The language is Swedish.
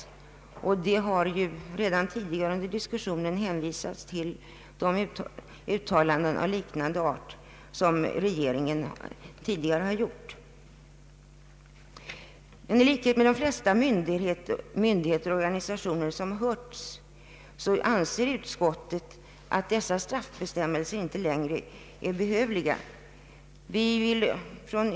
Det har redan tidigare under diskussionen hänvisats till de uttalanden av liknande art som regeringen gjort. I likhet med de flesta myndigheter och organisationer som hörts anser utskottet att dessa straffbestämmelser inte längre är behövliga.